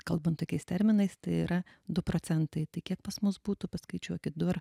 kalbant tokiais terminais tai yra du procentai tai kiek pas mus būtų paskaičiuokit du ar